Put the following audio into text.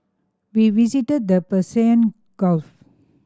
we visited the Persian Gulf